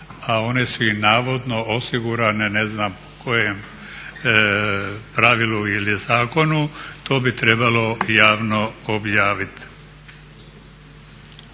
a one su im navodno osigurane po ne znam kojem pravilu ili zakonu. To bi trebalo javno objaviti.